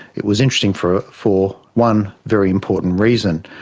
it was interesting for for one very important reason,